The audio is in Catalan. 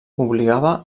obligava